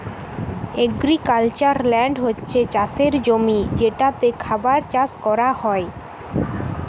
agricultural land হচ্ছে চাষের জমি যেটাতে খাবার চাষ কোরা হয়